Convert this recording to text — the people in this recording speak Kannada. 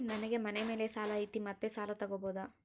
ನನಗೆ ಮನೆ ಮೇಲೆ ಸಾಲ ಐತಿ ಮತ್ತೆ ಸಾಲ ತಗಬೋದ?